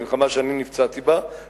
המלחמה שאני נפצעתי בה,